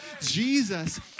jesus